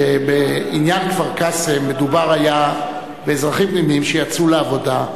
שבעניין כפר-קאסם מדובר היה באזרחים תמימים שיצאו לעבודה,